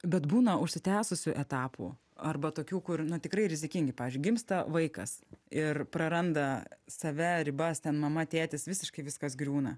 bet būna užsitęsusių etapų arba tokių kur na tikrai rizikingi pavyzdžiui gimsta vaikas ir praranda save ribas ten mama tėtis visiškai viskas griūna